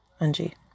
Anji